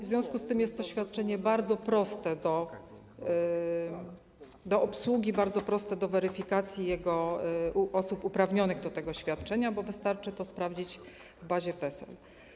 W związku z tym jest to świadczenie bardzo proste w obsłudze, bardzo proste w zakresie weryfikacji osób uprawnionych do tego świadczenia, bo wystarczy to sprawdzić w bazie PESEL.